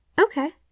Okay